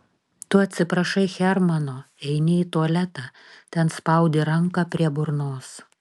tu atsiprašai hermano eini į tualetą ten spaudi ranką prie burnos